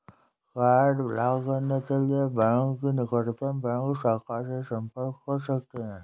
card block करने के लिए बैंक की निकटतम बैंक शाखा से संपर्क कर सकते है